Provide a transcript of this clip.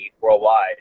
worldwide